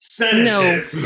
No